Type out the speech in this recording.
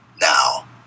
Now